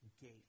gate